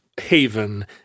haven